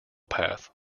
path